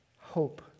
hope